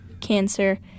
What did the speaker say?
cancer